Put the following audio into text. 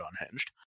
unhinged